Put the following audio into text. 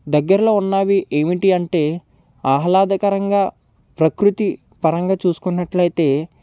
దగ్గరలో ఉన్నవి ఏమిటి అంటే ఆహ్లాదకరంగా ప్రకృతిపరంగా చుసుకున్నట్లయితే